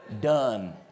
Done